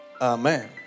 Amen